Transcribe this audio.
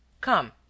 Come